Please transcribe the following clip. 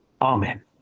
Amen